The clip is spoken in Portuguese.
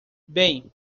bem